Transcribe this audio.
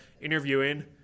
interviewing